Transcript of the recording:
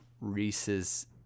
Reese's